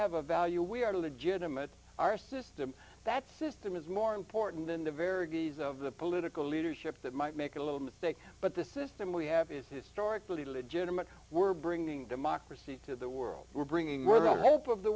have a value we are legitimate our system that system is more important than the verities of the political leadership that might make a little mistake but the system we have is historically legitimate we're bringing democracy to the world we're bringing wherever help of the